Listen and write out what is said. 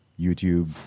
YouTube